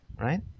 Right